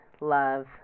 love